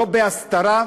לא בהסתרה,